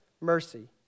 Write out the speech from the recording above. mercy